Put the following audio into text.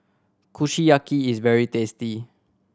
kushiyaki is very tasty